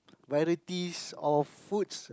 varieties of foods